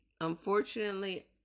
Unfortunately